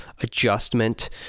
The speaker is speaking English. adjustment